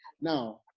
Now